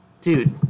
dude